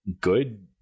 good